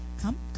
come